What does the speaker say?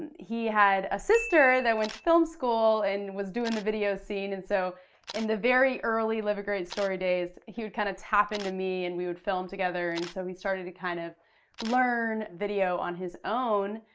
he had a sister that went school and was doing the video scene and so in the very early live a great story days he would kind of tap into me and we would film together and so he started to kind of learn video on his own.